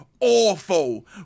Awful